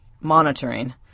monitoring